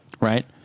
Right